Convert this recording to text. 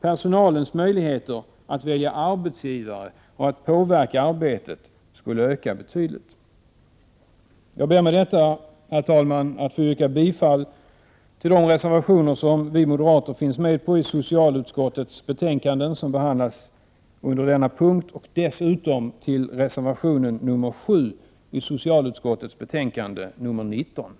Personalens möjligheter att välja arbetsgivare och påverka arbetet skulle öka betydligt. Prot. 1988/89: 105 Jag ber med detta, herr talman, att få yrka bifall till de reservationer som vi 27 april 1989 moderater finns med på i socialutskottets betänkanden som behandlas nu och